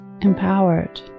Empowered